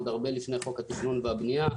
עוד הרבה לפני חוק התכנון והבנייה,